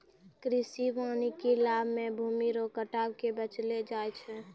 कृषि वानिकी लाभ मे भूमी रो कटाव के बचैलो जाय छै